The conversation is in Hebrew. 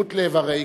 בשרירות לב הרי,